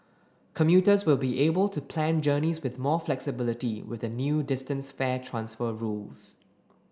commuters will be able to plan journeys with more flexibility with the new distance fare transfer rules